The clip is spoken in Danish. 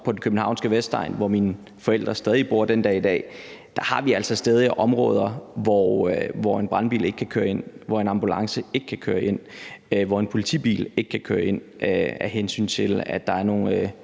på den københavnske Vestegn, og hvor mine forældre stadig bor den dag i dag, har vi altså stadig områder, hvor en brandbil ikke kan køre ind, hvor en ambulance ikke kan køre ind, og hvor en politibil ikke kan køre ind, i forhold til at der er nogle